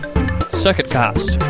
Circuitcast